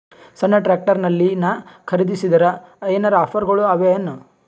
ಸಣ್ಣ ಟ್ರ್ಯಾಕ್ಟರ್ನಲ್ಲಿನ ಖರದಿಸಿದರ ಏನರ ಆಫರ್ ಗಳು ಅವಾಯೇನು?